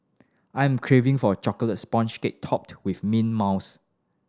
I am craving for a chocolate sponge cake topped with mint mousse